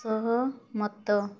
ସହମତ